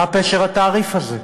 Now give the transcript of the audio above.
מה פשר התעריף הזה?